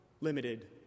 limited